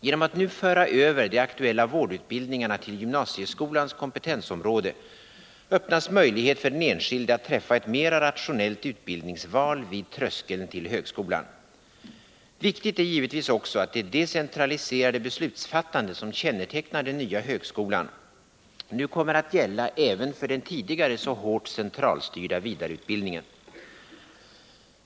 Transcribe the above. Genom att nu föra över de aktuella vårdutbildningarna till gymnasieskolans kompetensområde öppnas möjlighet för den enskilde att träffa ett mera rationellt utbildningsval vid tröskein till högskolan. Viktigt är givetvis också att det decentraliserade beslutsfattande, som kännetecknar den nya högskolan, nu kommer att gälla även för den tidigare så hårt centralstyrda vidareutbildningen.